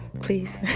Please